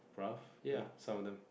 rough ya some of them